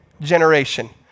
generation